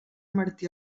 martí